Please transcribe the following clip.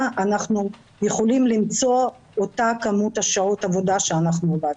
אנחנו יכולים למצוא את אותן מספר שעות עבודה שעבדנו.